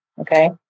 Okay